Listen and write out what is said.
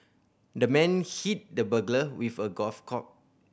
the man hit the burglar with a golf club